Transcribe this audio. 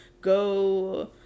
go